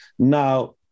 Now